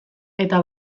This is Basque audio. eta